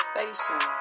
Station